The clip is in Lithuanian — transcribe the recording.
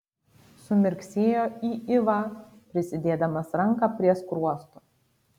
sumirksėjo į ivą prisidėdamas ranką prie skruosto